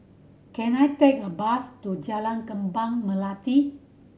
can I take a bus to Jalan Kembang Melati